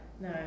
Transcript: no